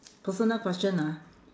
personal question ah